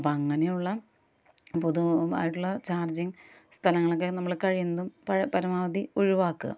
അപ്പം അങ്ങനെയുള്ള പൊതുവായിട്ടുള്ള ചാർജിങ്ങ് സ്ഥലങ്ങളൊക്കെ നമ്മൾ കഴിയുന്നതും പഴ പരമാവധി ഒഴിവാക്കുക